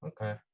Okay